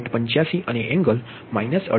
85 અને angle minus 68